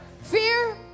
fear